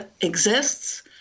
exists